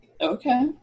okay